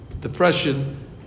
depression